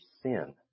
sin